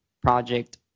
project